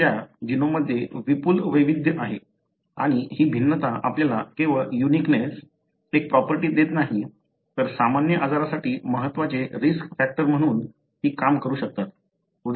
आपल्या जीनोममध्ये विपुल वैविध्य आहे आणि ही भिन्नता आपल्याला केवळ युनिकनेस एक प्रॉपर्टी देत नाही तर सामान्य आजारासाठी महत्त्वाचे रिस्क फॅक्टर म्हणून ही काम करू शकतात